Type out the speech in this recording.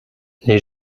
les